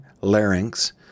larynx